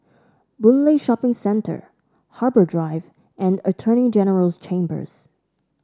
Boon Lay Shopping Centre Harbour Drive and Attorney General's Chambers